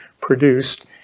produced